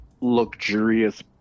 luxurious